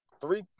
three